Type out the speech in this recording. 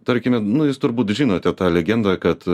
tarkime nu jūs turbūt žinote tą legendą kad